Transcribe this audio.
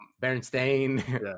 Bernstein